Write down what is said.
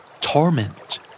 Torment